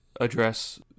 address